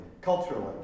culturally